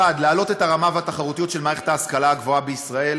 1. להעלות את הרמה והתחרותיות של מערכת ההשכלה הגבוהה בישראל